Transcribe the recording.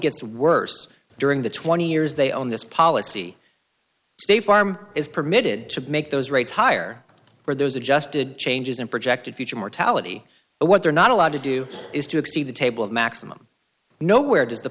gets worse during the twenty years they own this policy state farm is permitted to make those rates higher for those adjusted changes in projected future mortality but what they're not allowed to do is to exceed the table of maximum no where does the